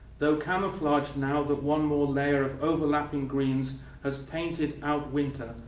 though camouflaged, now that one more layer of overlapping greens has painted our winter,